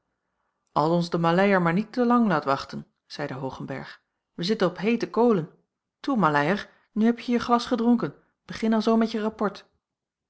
als ons de maleier maar niet te lang laat wachten zeide hoogenberg wij zitten op heete kolen toe maleier nu hebje je glas gedronken begin alzoo met je rapport